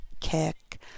kick